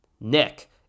Nick